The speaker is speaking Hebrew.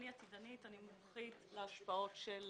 אני עתידנית, מומחית להשפעות של